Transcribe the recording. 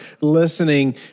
listening